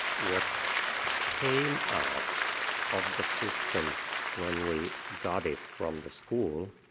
what came out of the system when we got it from the school,